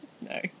No